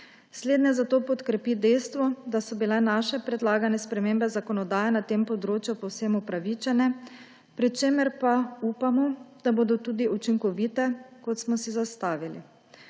Slednje zato podkrepi dejstvo, da so bile naše predlagane spremembe zakonodaje na tem področju povsem upravičene, pri čemer pa upamo, da bodo tudi učinkovite, kot smo si zastavili.